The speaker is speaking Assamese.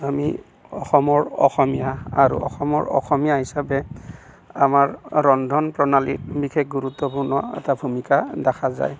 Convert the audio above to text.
আমি অসমৰ অসমীয়া আৰু অসমৰ অসমীয়া হিচাপে আমাৰ ৰন্ধন প্ৰণালী বিশেষ গুৰুত্বপূৰ্ণ এটা ভূমিকা দেখা যায়